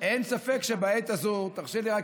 גב' לנדה?